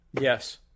Yes